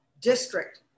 district